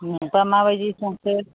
नोंबा माबायदि संखो